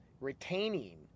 retaining